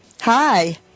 Hi